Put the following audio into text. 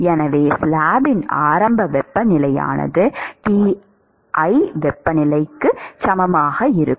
எனவே ஸ்லாப்பின் ஆரம்ப வெப்பநிலையானது Ti வெப்பநிலைக்கு சமமாக இருக்கும்